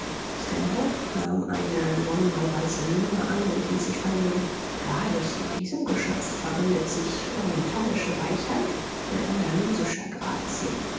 nahm eine neunmalweise miene an und ließ sich vernehmen wahrlich in diesem geschöpf verbindet sich orientalische weichheit mit andalusischer grazie